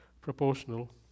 proportional